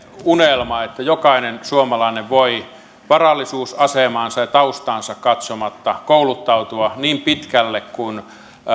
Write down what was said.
unelma pitää että jokainen suomalainen voi varallisuusasemaansa ja taustaansa katsomatta kouluttautua niin pitkälle kuin